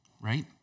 Right